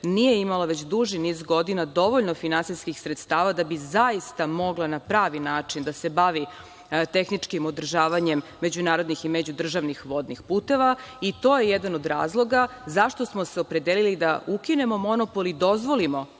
nije imala već dužni niz godina dovoljno finansijskih sredstava da bi zaista mogla na pravi način da se bavi tehničkih održavanjem međunarodnih i međudržavnih vodnih puteva. To je jedan od razloga zašto smo se opredelili da ukinemo monopol i dozvolimo